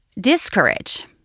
discourage